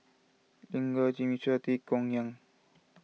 Lin Gao Jimmy Chua Tay Yong Kwang